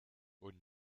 und